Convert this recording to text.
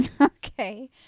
Okay